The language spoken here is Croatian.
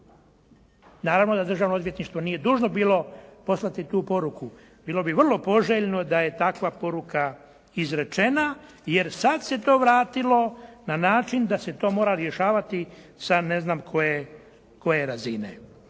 Naravno da državno odvjetništvo nije dužno bilo poslati tu poruku, bilo bi vrlo poželjno da je takva poruka izrečena, jer sad se to vratilo na način da se to mora rješavati sa ne znam koje razine.